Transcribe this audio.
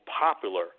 popular